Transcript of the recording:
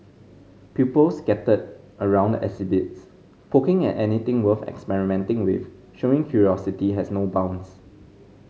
pupils scattered around the exhibits poking at anything worth experimenting with showing curiosity has no bounds